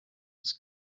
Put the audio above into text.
was